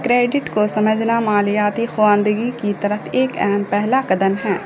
credit کو سمجھنا مالیاتی خواندگی کی طرف ایک اہم پہلا قدم ہے